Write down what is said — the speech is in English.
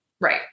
Right